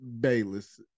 Bayless